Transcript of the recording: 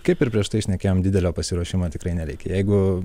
kaip ir prieš tai šnekėjom didelio pasiruošimo tikrai nereikia jeigu